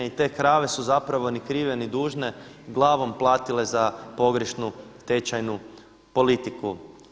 I te krave su zapravo ni krive ni dužne glavom platile za pogrešnu tečajnu politiku.